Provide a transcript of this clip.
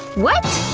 what?